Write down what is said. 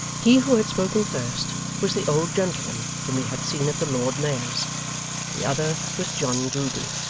he who had spoken first, was the old gentleman whom he had seen at the lord mayor's the other was john grueby,